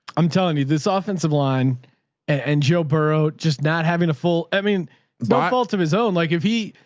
i'm telling you this ah offensive line and joe burrow, just not having a full, i mean but sort of his own, like if he,